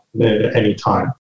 anytime